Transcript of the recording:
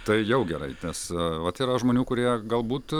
tai jau gerai nes vat yra žmonių kurie galbūt